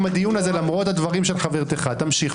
בבקשה, חבר הכנסת כהנא.